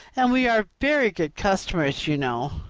and we are very good customers you know.